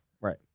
Right